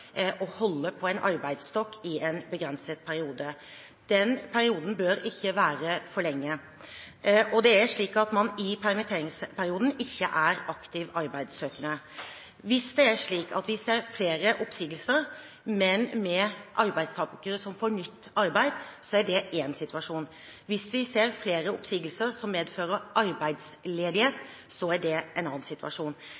holde på en arbeidsstokk i en begrenset periode. Den perioden bør ikke vare for lenge. Og det er slik at man i permitteringsperioden ikke er aktiv arbeidssøkende. Hvis det er slik at vi ser flere oppsigelser, men der arbeidstakerne får nytt arbeid, så er det én situasjon. Hvis vi ser flere oppsigelser som medfører